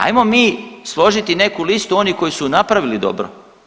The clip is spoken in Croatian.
Ajmo mi složiti neku listu onih koji su napravili dobro.